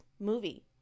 movie